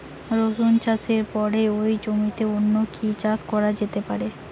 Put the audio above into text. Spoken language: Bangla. রসুন চাষের পরে ওই জমিতে অন্য কি চাষ করা যেতে পারে?